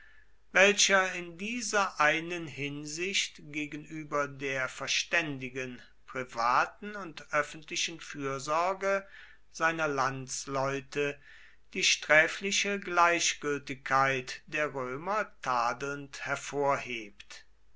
welcher in dieser einen hinsicht gegenüber der verständigen privaten und öffentlichen fürsorge seiner landsleute die sträfliche gleichgültigkeit der römer tadelnd hervorhebt